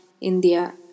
India